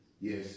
Yes